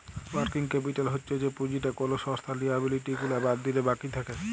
working capital হচ্ছ যে পুঁজিটা কোলো সংস্থার লিয়াবিলিটি গুলা বাদ দিলে বাকি থাক্যে